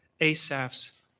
Asaph's